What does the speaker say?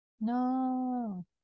no